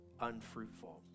unfruitful